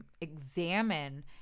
examine